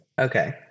okay